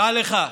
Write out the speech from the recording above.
דע לך: